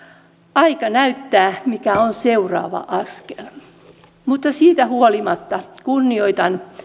aika näyttää mikä on seuraava askel siitä huolimatta kunnioitan